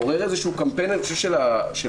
לעורר איזשהו קמפיין של הממשלה,